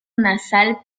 nasal